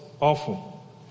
awful